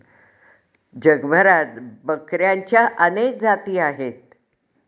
जगभरात बकऱ्यांच्या अनेक जाती आहेत